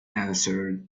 answered